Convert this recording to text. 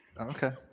Okay